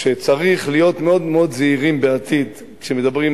שצריך להיות מאוד מאוד זהירים בעתיד כשמדברים,